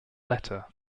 letter